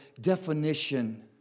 definition